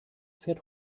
fährt